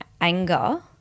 anger